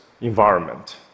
environment